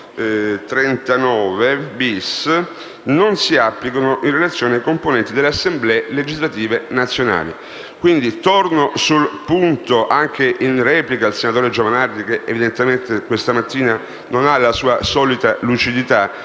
339-*bis*, non si applica in relazione ai componenti delle Assemblee legislative nazionali. Torno sul punto anche in replica al senatore Giovanardi, che evidentemente questa mattina non ha la solita lucidità,